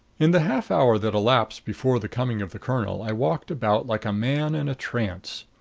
in the half-hour that elapsed before the coming of the colonel i walked about like a man in a trance.